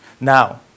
Now